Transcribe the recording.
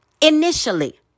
initially